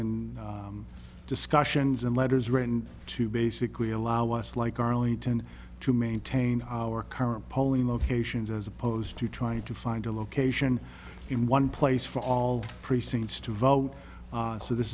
and discussions and letters written to basically allow us like arlington to maintain our current polling locations as opposed to trying to find a location in one place for all precincts to vote so this